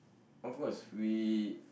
of course we